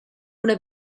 una